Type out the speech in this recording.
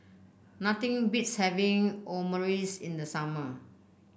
nothing beats having Omurice in the summer